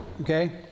okay